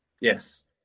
Yes